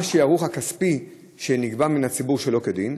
מהו השערוך הכספי שנגבה מן הציבור שלא כדין?